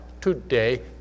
today